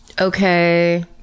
Okay